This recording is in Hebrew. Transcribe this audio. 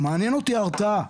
מעניין אותי ההרתעה.